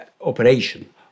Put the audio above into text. operation